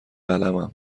قلمم